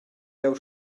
jeu